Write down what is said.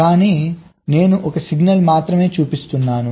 కానీ నేను ఒక సిగ్నల్ మాత్రమే చూపిస్తున్నాను